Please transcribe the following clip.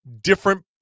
different